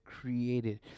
created